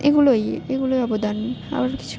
এগুলোই এগুলোই অবদান আবার কিছু